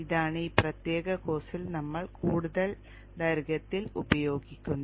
ഇതാണ് ഈ പ്രത്യേക കോഴ്സിൽ നമ്മൾ കൂടുതൽ ദൈർഘ്യത്തിൽ ഉപയോഗിക്കുന്നത്